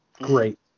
Great